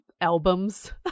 album's